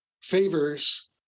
favors